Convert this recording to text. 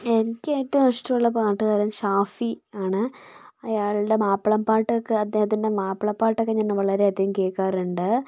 എനിക്ക് ഏറ്റവും ഇഷ്ടമുള്ള പാട്ടുകാരൻ ഷാഫി ആണ് അയാളുടെ മാപ്പിളപ്പാട്ടൊക്കെ അദ്ദേഹത്തിൻ്റെ മാപ്പിളപ്പാട്ടൊക്കെ ഞാൻ വളരെയധികം കേൾക്കാറുണ്ട്